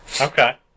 Okay